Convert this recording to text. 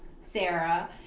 sarah